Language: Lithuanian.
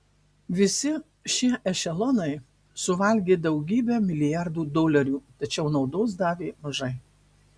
visi šie ešelonai suvalgė daugybę milijardų dolerių tačiau naudos davė mažai